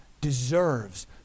deserves